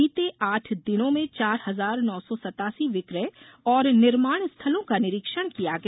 बीते आठ दिनों में चार हजार नौ सौ सतासी विकय और निर्माणस्थलों का निरीक्षण किया गया